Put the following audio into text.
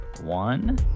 one